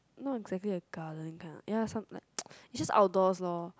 not exactly a garden kind lah ya some like it's just outdoors loh